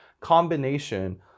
combination